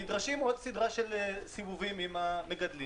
נדרשים עוד סדרה של סיבובים עם המגדלים.